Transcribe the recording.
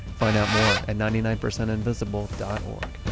find out more at ninety nine percentinvisible dot o